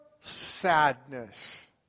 sadness